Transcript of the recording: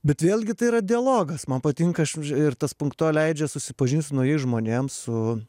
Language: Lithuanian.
bet vėlgi tai yra dialogas man patinka aš ir tas punkto leidžia susipažint su naujais žmonėm su